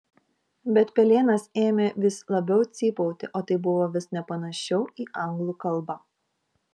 bet pelėnas ėmė vis labiau cypauti o tai buvo vis nepanašiau į anglų kalbą